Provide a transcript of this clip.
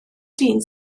dyn